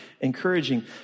encouraging